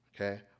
Okay